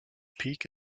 peak